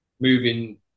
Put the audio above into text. moving